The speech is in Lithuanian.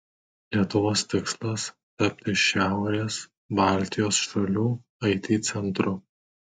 lietuvos tikslas tapti šiaurės baltijos šalių it centru